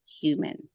human